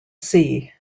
sea